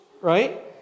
Right